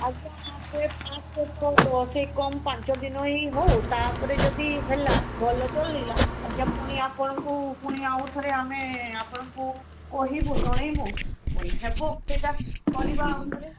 ଆଜ୍ଞା ଏ ଫାଷ୍ଟ ତ ସେ କମ୍ ପାଞ୍ଚ ଦିନ ହିଁ ହଉ ତା'ପରେ ଯଦି ହେଲା ଭଲ ଚଲିଲା ଆଜ୍ଞା ପୁଣି ଆପଣଙ୍କୁ ପୁଣି ଆଉ ଥରେ ଆମେ ଆପଣଙ୍କୁ କହିବୁ ଜଣାଇବୁ ପୁଣି ହେବ ସେଇଟା କରିବା ଆଉଥରେ